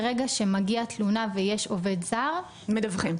ברגע שמגיעה תלונה ויש עובד זר אנחנו מדווחים.